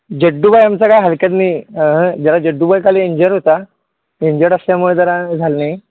जड्डूभाई आमचा काय हलक्यात नाही अंहं जरा जड्डूबाई खाली इंजर होता इंजर्ड असल्यामुळे जरा झालं नाही